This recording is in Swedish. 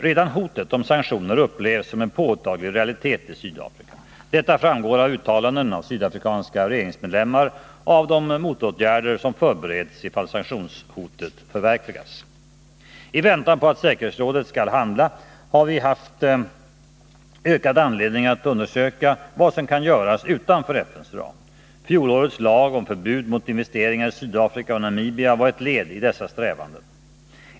Redan hotet om sanktioner upplevs som en påtaglig realitet i Sydafrika. Detta framgår av uttalanden av sydafrikanska regeringsmedlemmar och av de motåtgärder som förbereds ifall sanktionshotet förverkligas. I väntan på att säkerhetsrådet skall handla har vi haft ökad anledning att undersöka vad som kan göras utanför FN:s ram. Fjolårets lag om förbud mot investeringar i Sydafrika och Namibia var ett led i dessa strävanden.